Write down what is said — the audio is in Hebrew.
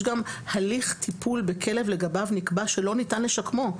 גם הליך טיפול בכלב לגביו נקבע שלא ניתן לשקמו.